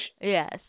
Yes